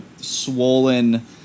Swollen